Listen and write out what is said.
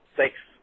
Thanks